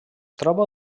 troba